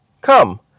Come